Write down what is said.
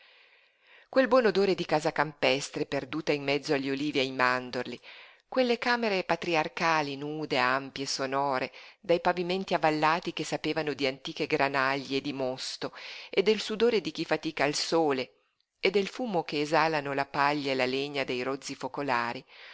quel buon odore di casa campestre perduta in mezzo agli olivi e ai mandorli quelle camere patriarcali nude ampie sonore dai pavimenti avvallati che sapevano di antiche granaglie e di mosto e del sudore di chi fatica al sole e del fumo che esalano la paglia e la legna dei rozzi focolari